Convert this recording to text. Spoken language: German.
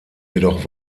jedoch